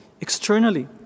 externally